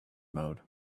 mode